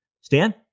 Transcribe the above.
Stan